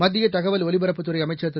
மத்தியதகவல் ஒலிபரப்புத்துறைஅமைச்சர் திரு